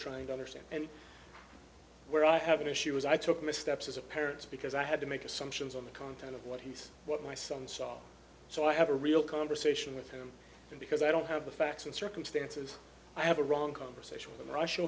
trying to understand and where i have an issue is i took missteps as a parents because i had to make assumptions on the content of what he's what my son saw so i have a real conversation with him because i don't have the facts and circumstances i have a wrong conversation i'm rus